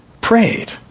prayed